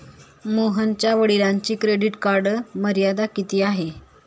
मोहनच्या वडिलांची credit card मर्यादा किती आहे?